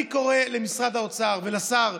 אני קורא למשרד האוצר ולשר,